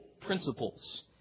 principles